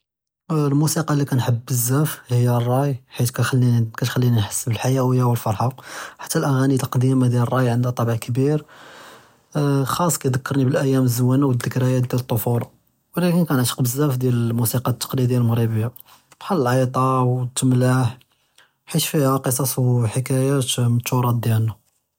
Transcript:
אֶלְמֻוסִיקַא לִכַּאנְחַבּ בְּזַאף הִיא רַאי חִית כַּאתְכַלִּינִי נְחַס בֶּלְחַיּוּיָה וְאֶלְפַרְחָה Ḥַתّى אֻגַּאנִי קְדִימָה דִּיַאל רַאי עַנְדְהָ טַאבְע כְּבִיר חְחַאס כִּידְכַּרנִי בְּאִיַּאמ זְוִינָה וְזִכְרִיַאת דִּיַאל טְפוּלָה וְלָא כַּאנְעַשֵּׁק בְּזַאף דִּי אֶלְמֻוסִיקַא תַקְלִידִיָּה אֶלְמַגְרִיבִיָּה בְּחַאל עַיְטָה וּתְמַלַח חִית פִיהָ קְסַאס וְחִכַּאיַּאת מִן תִּרָאת דִּיַאלְנָא.